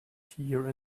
here